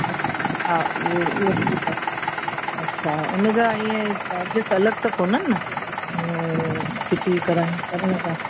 अच्छा हा उहो उहो ठीकु आहे अच्छा हुनजा इअं चार्जिस अलॻि त कोन्हनि न किटी करनि करण जा